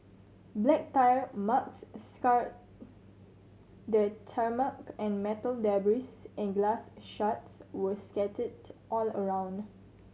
black tyre marks scarred the tarmac and metal debris and glass shards were scattered all around